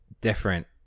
different